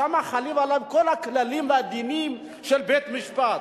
שם חלים עליהם כל הכללים והדינים של בית-משפט.